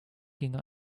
ginge